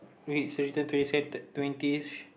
which written twenty twentieth